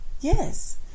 Yes